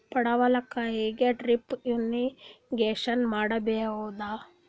ಪಡವಲಕಾಯಿಗೆ drip irrigation ಮಾಡಬೋದ?